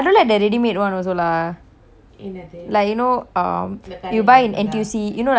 like you know um you buy in N_T_U_C you know like N_T_U_C all that the fruit is not fresh [what]